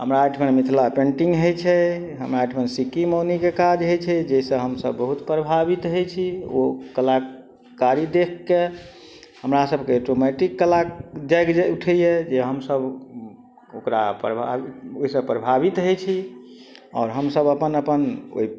हमरा एहिठमन मिथिला पेन्टिंग होइ छै हमरा एहिठमन सिक्की मौनीके काज होइ छै जाहिसँ हमसब बहुत प्रभावित होइ छी ओ कलाकारी देखके हमरा सबके एटोमेटिक कला जागि जे उठैया जे हमसब ओकरा प्रभाव ओहिसँ प्रभावित होइ छी आओर हमसब अपन अपन ओहि